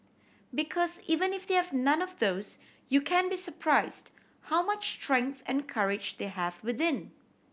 because even if they have none of those you can be surprised how much strength and courage they have within